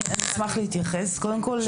אני אשמח להתייחס קודם כל,